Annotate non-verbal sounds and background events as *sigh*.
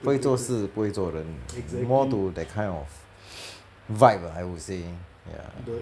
会做事不会做人 more to that kind of *breath* vibe ah I will say ya